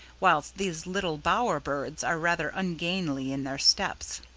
whilst these little bower birds are rather ungainly in their steps.